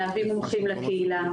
להביא מומחים לקהילה,